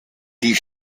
die